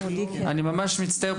אני ממש מצטער,